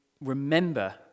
remember